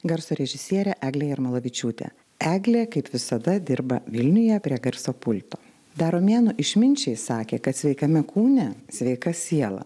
garso režisierė eglė jarmolavičiūtė eglė kaip visada dirba vilniuje prie garso pulto dar romėnų išminčiai sakė kad sveikame kūne sveika siela